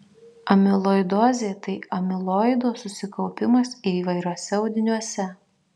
amiloidozė tai amiloido susikaupimas įvairiuose audiniuose